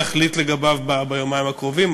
יחליט לגביו ביומיים הקרובים,